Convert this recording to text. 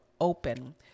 open